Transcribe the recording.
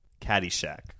Caddyshack